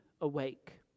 awake